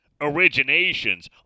originations